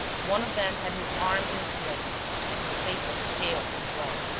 one of them had his arm in a sling and his face was pale and drawn.